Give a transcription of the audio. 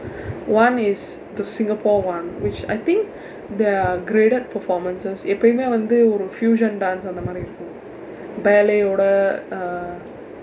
one is the singapore one which I think there are graded performances எப்போமே வந்து ஒரு:eppome vanthu oru fusion dance அந்த மாதிரி இருக்கும்:antha maathiir irukkum ballet வோட:voda uh